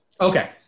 Okay